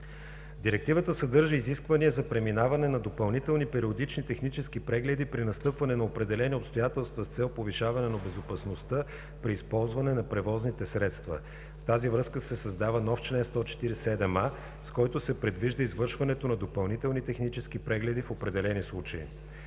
Директивата съдържа изисквания за преминаване на допълнителни периодични технически прегледи при настъпване на определени обстоятелства с цел повишаване на безопасността при използване на превозните средства. В тази връзка се създава нов чл. 147а, с който се предвижда извършването на допълнителни технически прегледи в определени случаи.